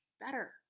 better